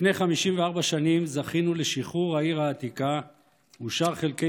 לפני 54 שנים זכינו לשחרור העיר העתיקה ושאר חלקי